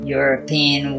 European